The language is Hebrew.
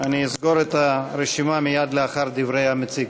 אני אסגור את הרשימה מייד לאחר דברי המציג.